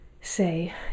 say